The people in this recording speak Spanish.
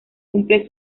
cumple